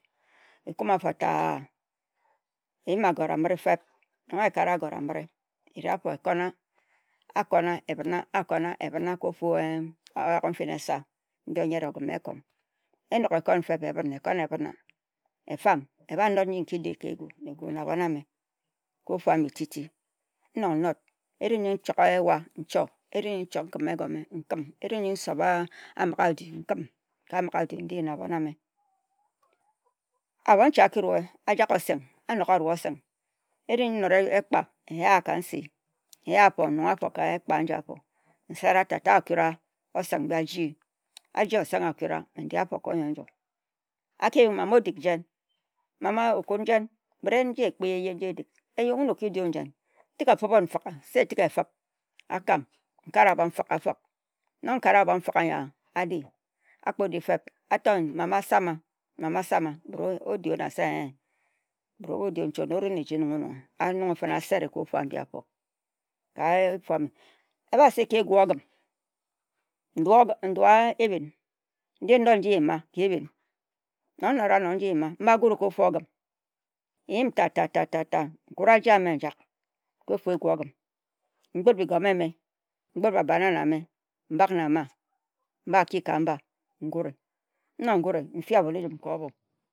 Ta-ee, nyim agore amerie feb. Non ekare agore a-merie, eri-afo ekun-na akuna-ebin-na, akuna ebin-na eeh ka ofu ee oyorghe nfin esa ka ofu ogim ikom. Enok ekun-feb, effam eba kep nji eki-di na-egu na abon a-me ka ofu am bi titi n-nok, eri nji n-kima ewa nkim, eri nji nchok nkim egume nkim. Eri-nji nkima amighe a-do nkim n-di na aobn ameh. Abonche aki-ruwe, ajak oseng a nok aruwa oseng eri-nji nnora ek-a, nyee ka nsi nunghe afo ka nsi nsera ta-ta akura abak, akura oseng. Me n-di afo ka oyun-nju, abeb se mama edik-jen? Mama o-kun-jen, en-nji edik, ekpi-jan nji edik? Tik ofeb-bon-n-faegha, se tik efeb akam. Non nkare aboh n-fae anyia, a-di, akpo-di-feb, a tor-m, mama sama mama sama, me-se-oo. Odi wu na? se eeh. Me se kebbon-ngom ono-o-nunghe ose-re-wun, a-nunghe o-nunghe fin-ne asere ka ofu a-mbi afo. Ebasi ka egu, ogim, ndua ehbin nji not nji eyima ka-ebhin, non n-nora-ano ka ebhin mba gurie ka ogim nyim ta-ta-ta, nkura ajie a-me njak ka ofu egu ogim ngut begume-eme, n-gut ba bananna ame mbak na-ma mba ki-ka-mba mba gure.